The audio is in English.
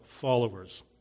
followers